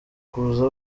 kuza